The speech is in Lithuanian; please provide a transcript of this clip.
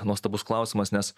nuostabus klausimas nes